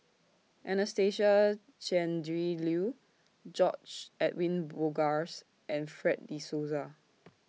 Anastasia Tjendri Liew George Edwin Bogaars and Fred De Souza